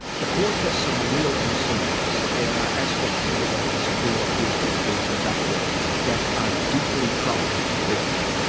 the court has some real concerns there are aspects of the way this appeal appears to have been conducted that are deeply troubling to the bench.